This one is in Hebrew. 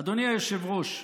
אדוני היושב-ראש,